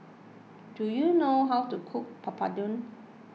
Do you know how to cook Papadum